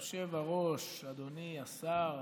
אדוני היושב-ראש, אדוני השר,